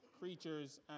creatures